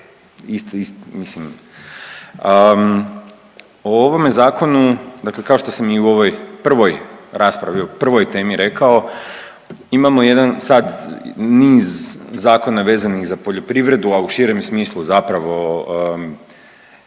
u ovoj prvoj raspravi, o prvoj temi rekao, imamo jedan sad niz zakona vezanih za poljoprivredu, a u širem smislu zapravo,